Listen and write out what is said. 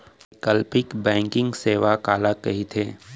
वैकल्पिक बैंकिंग सेवा काला कहिथे?